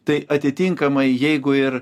tai atitinkamai jeigu ir